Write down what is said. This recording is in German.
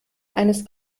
eines